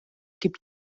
gibt